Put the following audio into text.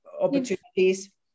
opportunities